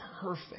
perfect